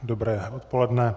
Dobré odpoledne.